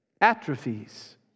atrophies